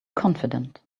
confident